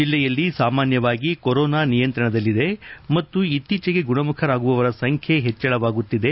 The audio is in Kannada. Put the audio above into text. ಜಿಲ್ಲೆಯಲ್ಲಿ ಸಾಮಾನ್ಯವಾಗಿ ಕೊರೊನಾ ನಿಯಂತ್ರಣದಲ್ಲಿದೆ ಮತ್ತು ಇತ್ತೀಚೆಗೆ ಗುಣಮುಖರಾಗುವವರ ಸಂಖ್ಯೆ ಹೆಚ್ಚಳವಾಗುತ್ತಿದೆ